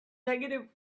negative